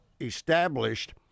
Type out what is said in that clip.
established